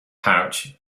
pouch